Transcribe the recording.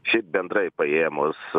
šiaip bendrai paėmus